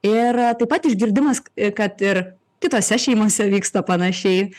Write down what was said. ir taip pat išgirdimas kad ir kitose šeimose vyksta panašiai